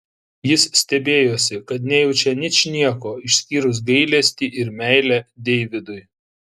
jis stebėjosi kad nejaučia ničnieko išskyrus gailestį ir meilę deividui